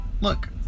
Look